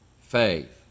faith